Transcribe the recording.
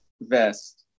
vest